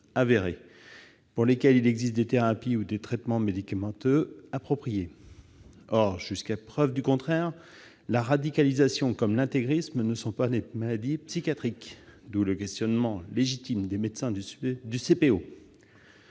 avérés, pour lesquels il existe des thérapies ou des traitements médicamenteux appropriés. Or, jusqu'à preuve du contraire, la radicalisation comme l'intégrisme ne sont pas des maladies psychiatriques, d'où le questionnement légitime des médecins du CPO.